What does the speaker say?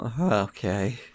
Okay